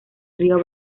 río